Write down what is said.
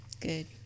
Good